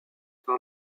par